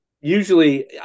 Usually